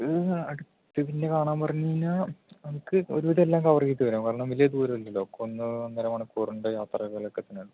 ഈ അടുത്ത് തന്നെ കാണാൻ പറഞ്ഞ് കഴിഞ്ഞാൽ നമുക്ക് ഒരു വിധം എല്ലാം കവറ് ചെയ്ത് തരാം കാരണം വലിയ ദൂരമില്ലല്ലോ ഒന്ന് ഒന്നര മണിക്കൂർ കൊണ്ട് യാത്ര പോലൊക്കെ